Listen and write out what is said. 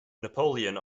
napoleon